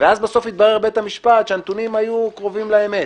ואז בסוף יתברר לבית המשפט שהנתונים היו קרובים לאמת.